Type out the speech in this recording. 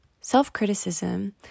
self-criticism